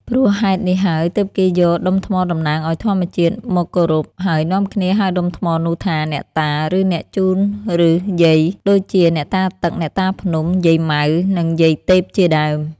ព្រោះហេតុនេះហើយ ទើបគេយក ដុំថ្មតំណាងឱ្យធម្មជាតិមកគោរព ហើយនាំគ្នាហៅដុំថ្មនោះថា អ្នកតា ឬ អ្នកជូន ឬ យាយ ដូចជាអ្នកតាទឹក អ្នកតាភ្នំ យាយម៉ៅ និងយាយទេពជាដើម។